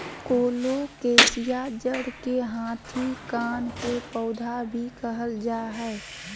colocasia जड़ के हाथी कान के पौधा भी कहल जा हई